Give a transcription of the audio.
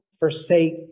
Forsake